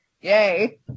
Yay